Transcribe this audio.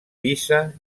pisa